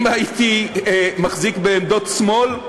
אם הייתי מחזיק בעמדות שמאל,